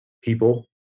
people